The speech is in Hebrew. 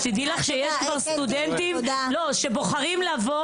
תדעי לך שיש כבר סטודנטים שבוחרים לבוא